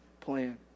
plan